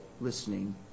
listening